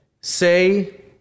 say